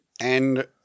and-